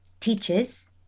teaches